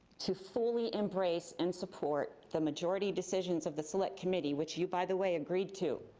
to fully embrace and support the majority decisions of the select committee, which you, by the way, agreed to.